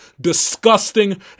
disgusting